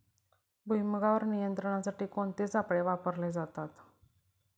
भुईमुगावर नियंत्रणासाठी कोणते सापळे वापरले जातात?